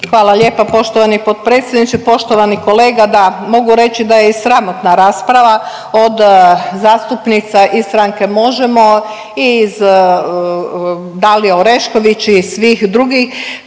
Hvala lijepa poštovani potpredsjedniče, poštovani kolega. Da, mogu reći da je i sramotna rasprava od zastupnica iz stranke Možemo! i iz Dalije Orešković i svih drugih